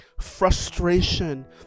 frustration